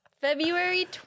February